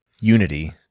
unity